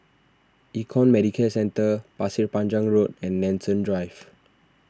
Econ Medicare Centre Pasir Panjang Road and Nanson Drive